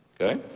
okay